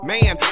Man